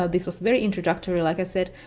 ah this was very introductory like i said.